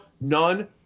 None